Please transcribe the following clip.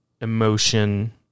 Emotion